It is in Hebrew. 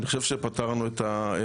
אני חושב שפתרנו את הבעיה.